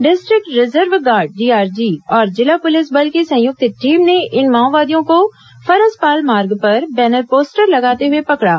district reserve guard DRG और जिला police बल की संयुक्त टीम ने इन माओवादियों को फरसपाल मार्ग पर बैनर पोस्टर लगाते हुए पकड़ा